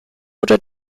oder